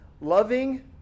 loving